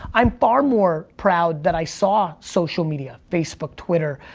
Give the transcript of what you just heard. i'm far more proud that i saw social media, facebook, twitter,